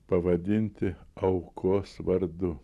pavadinti aukos vardu